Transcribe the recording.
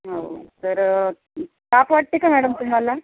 हो तर ताप वाटते का मॅडम तुम्हाला